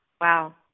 wow